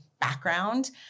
background